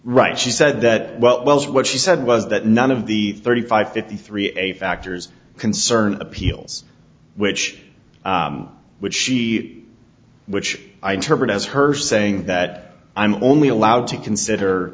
right she said that well what she said was that none of the thirty five fifty three a factors concern appeals which which she which i interpret as her saying that i'm only allowed to consider